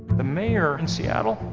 the mayor and seattle,